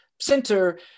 center